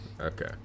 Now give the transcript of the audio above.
Okay